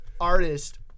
artist